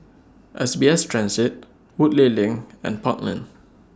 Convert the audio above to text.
S B S Transit Woodleigh LINK and Park Lane